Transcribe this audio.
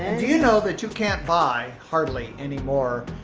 and do you know that you can't buy, hardly any more,